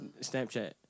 Snapchat